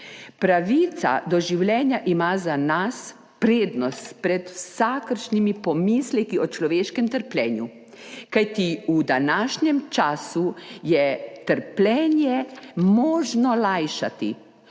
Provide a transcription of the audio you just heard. Pravica do življenja ima za nas prednost pred vsakršnimi pomisleki o človeškem trpljenju, kajti v današnjem času je trpljenje možno lajšati,